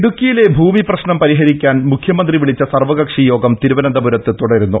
ഇടുക്കിയിലെ ഭൂമി പ്രശ്നം പരിഹരിക്കാൻ മുഖ്യമന്ത്രി വിളിച്ച സർവകക്ഷി യോഗം തിരുവനന്തപുരത്ത് തുടരുന്നു